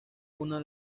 una